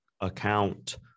account